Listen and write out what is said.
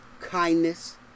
kindness